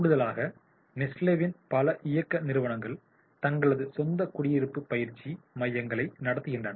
கூடுதலாக நெஸ்லேவின் Nestlé பல இயக்க நிறுவனங்கள் தங்களது சொந்த குடியிருப்பு பயிற்சி மையங்களை நடத்துகின்றன